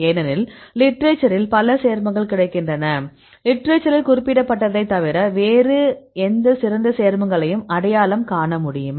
ஏனெனில் லிட்றச்சரில் பல சேர்மங்கள் கிடைக்கின்றன லிட்றச்சரில் குறிப்பிடப்பட்டதை தவிர வேறு எந்த சிறந்த சேர்மங்களையும் அடையாளம் காண முடியுமா